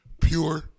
Pure